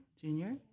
Junior